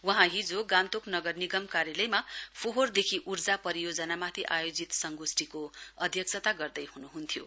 वहाँ हिजो गान्तोक नगर निगम कार्यलयमा फोहोर देखि ऊर्जा परियोजनामाथि आयोजित संगोस्टीको अध्यक्षता गर्दै हुनुहुन्थ्यो